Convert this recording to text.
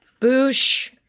Boosh